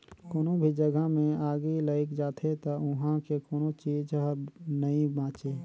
कोनो भी जघा मे आगि लइग जाथे त उहां के कोनो चीच हर नइ बांचे